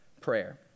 prayer